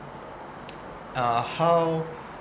uh how